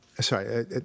sorry